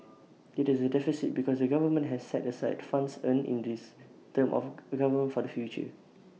IT is A deficit because the government has set aside funds earned in this term of government for the future